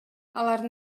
алардын